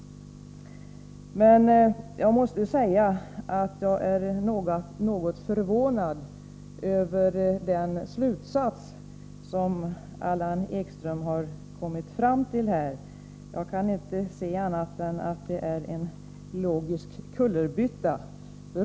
Jag måste säga att jag är något förvånad över den slutsats som Allan Ekström har kommit fram till. Jag kan inte se annat än att det är en logisk kullerbytta.